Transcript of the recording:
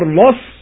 loss